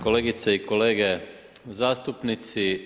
Kolegice i kolege zastupnici.